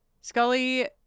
Scully